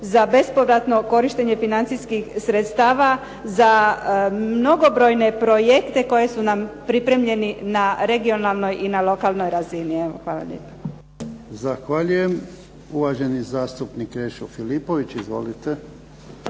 za bespovratno korištenje financijskih sredstava za mnogobrojne projekte koji su nam pripremljeni na regionalnoj i na lokalnoj razini. Evo hvala lijepa. **Jarnjak, Ivan (HDZ)** Zahvaljujem. Uvaženi zastupnik Krešo Filipović. Izvolite.